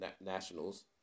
Nationals